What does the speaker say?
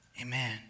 Amen